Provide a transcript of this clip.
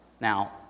Now